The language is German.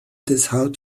deshalb